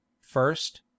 first